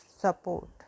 support